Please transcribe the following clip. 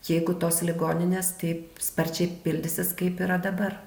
jeigu tos ligoninės taip sparčiai pildysis kaip yra dabar